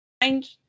Find